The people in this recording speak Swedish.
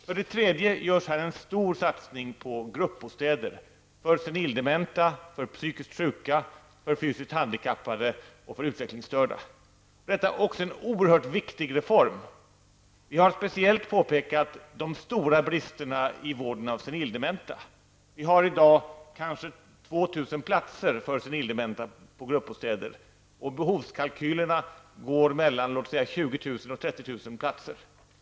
För det tredje görs här en stor satsning på gruppbostäder för senildementa, psykiskt sjuka, fysiskt handikappade och utvecklingsstörda. Detta är också en oerhört viktig reform. Vi har speciellt påpekat de stora bristerna i vården av senildementa. Vi har i dag kanske 2 000 platser för senildementa i gruppbostäder. Behovskalkylerna visar på ett behov av mellan 20 000 och 30 000 platser.